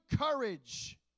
courage